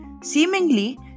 Seemingly